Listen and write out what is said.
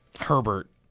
Herbert